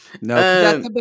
no